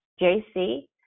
JC